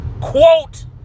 quote